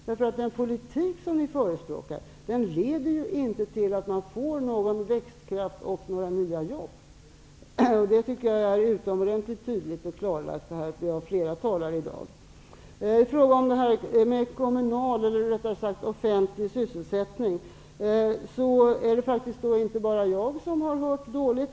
Den politik som ni förespråkar leder inte till växtkraft och nya jobb. Det tycker jag är utomordentligt tydligt och klarlagt av flera talare i dag. När det gäller frågan om den offentliga sysselsättningen är det faktiskt inte bara jag som har hört dåligt.